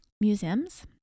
museums